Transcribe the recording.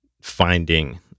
finding